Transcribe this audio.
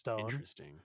Interesting